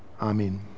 Amen